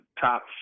top